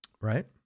Right